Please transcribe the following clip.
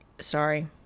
Sorry